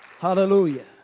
Hallelujah